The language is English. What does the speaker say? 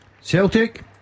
Celtic